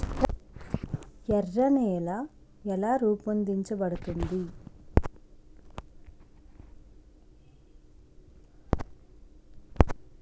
ఎర్ర నేల ఎలా రూపొందించబడింది?